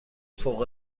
فوق